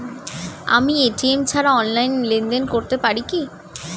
আমি এ.টি.এম ছাড়া অনলাইনে লেনদেন করতে পারি কি?